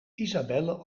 isabelle